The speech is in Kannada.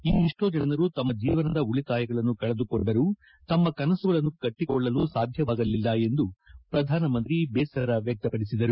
ಇನ್ನೆಷ್ಸೋ ಜನರು ತಮ್ಮ ಜೀವನದ ಉಳಿತಾಯಗಳನ್ನು ಕಳೆದುಕೊಂಡರು ತಮ್ಮ ಕನಸುಗಳನ್ನು ಕಟ್ಟಿಕೊಳ್ಳಲು ಸಾಧ್ಯವಾಗಲಿಲ್ಲ ಎಂದು ಪ್ರಧಾನಮಂತ್ರಿ ಬೇಸರ ವ್ಯಕ್ತಪದಿಸಿದರು